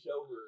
over